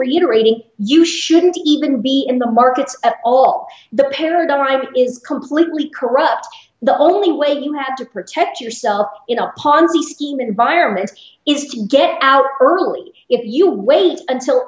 reiterating you shouldn't even be in the markets at all the paradigm is completely corrupt the only way you had to protect yourself in a ponzi scheme environment is to get out early if you wait until